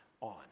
on